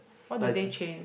what do they change